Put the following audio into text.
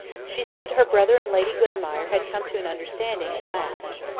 she said her brother and lady glenmire had come to an understanding at last.